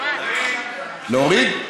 להוריד.